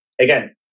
again